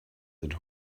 sind